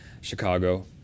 Chicago